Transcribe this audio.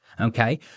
okay